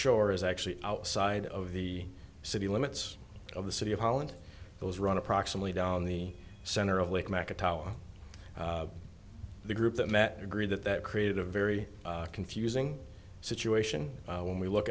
shore is actually outside of the city limits of the city of holland those run approximately down the center of lake mack atol the group that met agreed that that created a very confusing situation when we look